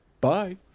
Bye